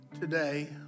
today